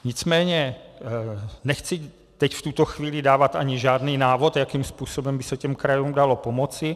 Nicméně nechci teď v tuto chvíli dávat ani žádný návod, jakým způsobem by se krajům dalo pomoci.